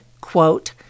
quote